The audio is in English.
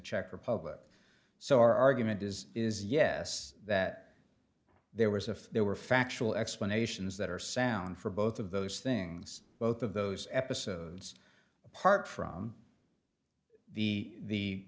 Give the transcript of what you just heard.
czech republic so our argument is is yes that there was a there were factual explanations that are sound for both of those things both of those episodes apart from the the